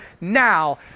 now